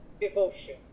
devotion